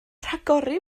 rhagori